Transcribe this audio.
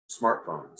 smartphones